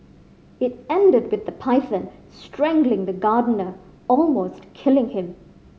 it ended with the python strangling the gardener almost killing him